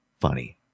funny